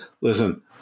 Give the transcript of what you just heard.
Listen